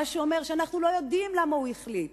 מה שאומר שאנחנו לא יודעים למה הוא החליט,